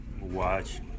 watch